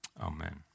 Amen